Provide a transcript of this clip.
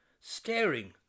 staring